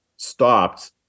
stopped